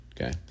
okay